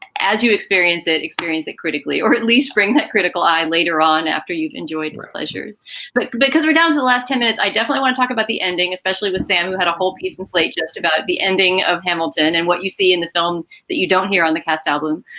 as you experience it, experience it critically, or at least bring that critical eye later on after you've enjoyed his pleasures but because we're down to the last ten minutes. i definitely won't talk about the ending, especially with sam, who had a whole piece in slate, just about the ending of hamilton and what you see in the film that you don't hear on the cast album.